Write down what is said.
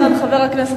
אם הוא אזרח פלסטיני,